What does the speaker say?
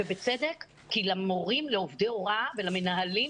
כי למורים, לעובדי ההוראה ולמנהלים,